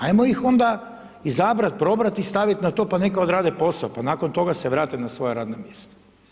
Ajmo ih onda, izabrat, probrat i stavi na to pa neka odrade posao, pa nakon toga se vrate na svoja radna mjesta.